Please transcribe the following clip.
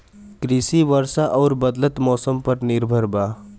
कृषि वर्षा आउर बदलत मौसम पर निर्भर बा